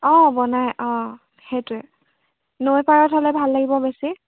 অঁ বনাই অঁ সেইটোৱে নৈপাৰত হ'লে ভাল লাগিব বেছি